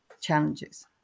challenges